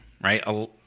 Right